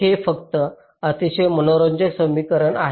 हे एक अतिशय मनोरंजक समीकरण आहे